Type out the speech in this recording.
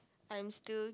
I'm still